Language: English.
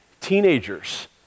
teenagers